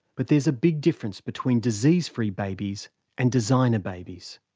but there's a big difference between disease-free babies and designer babies.